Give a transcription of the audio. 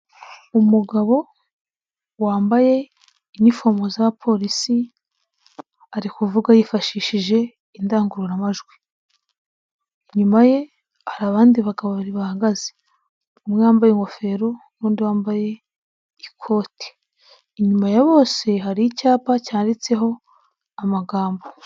Umugabo wambaye inifomu za polisi, ari kuvuga yifashishije indangururamajwi. Inyuma ye hari abandi bagabo babiri bahagaze, umwe yambaye ingofero, n'undi wambaye ikoti. Inyuma ya bose hari icyapa cyanditseho amagambo.